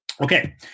okay